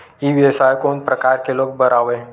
ई व्यवसाय कोन प्रकार के लोग बर आवे?